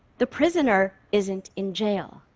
the prisoner isn't in jail.